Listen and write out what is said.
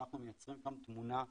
אנחנו מייצרים גם תמונה אחידה.